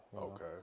Okay